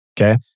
Okay